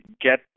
get